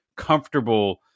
comfortable